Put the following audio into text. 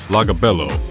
Lagabello